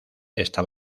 está